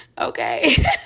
Okay